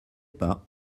pas